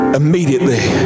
immediately